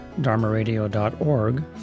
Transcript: dharmaradio.org